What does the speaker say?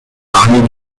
parlers